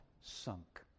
sunk